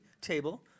table